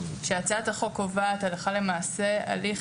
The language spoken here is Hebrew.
שהצעת החוק קובעת הלכה למעשה הליך